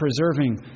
preserving